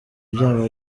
byaba